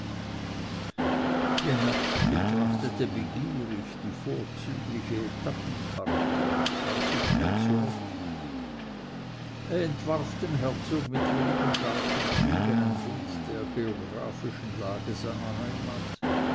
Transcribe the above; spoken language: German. betrachtete begierig die vorzügliche etappenkarte und fand sich schnell zurecht er entwarf dem herzog mit wenigen scharfen zügen ein bild der geographischen lage seiner heimat